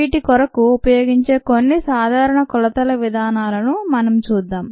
వీటి కొరకు ఉపయోగించే కొన్ని సాధారణ కొలతల విధానాలను మనం చూద్దాం